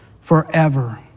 forever